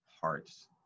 hearts